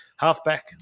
Halfback